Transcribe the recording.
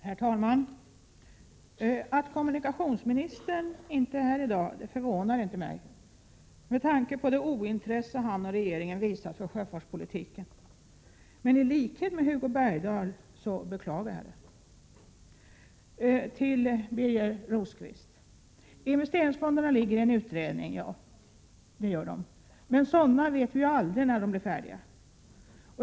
Herr talman! Att kommunikationsministern inte är här i dag förvånar mig inte med tanke på det ointresse han och regeringen visar för sjöfartspolitiken. Men i likhet med Hugo Bergdahl beklagar jag det. Till Birger Rosqvist: Investeringsfonderna är under utredning, men vi vet inte när utredningarna blir färdiga.